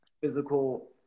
physical